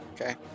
Okay